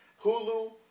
Hulu